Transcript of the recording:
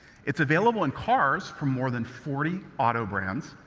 it's available in cars for more than forty auto brands,